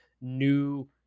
new